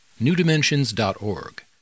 newdimensions.org